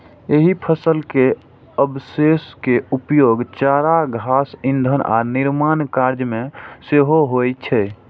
एहि फसल के अवशेष के उपयोग चारा, घास, ईंधन आ निर्माण कार्य मे सेहो होइ छै